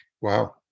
Wow